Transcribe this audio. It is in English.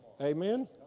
Amen